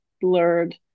blurred